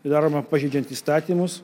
ir daroma pažeidžiant įstatymus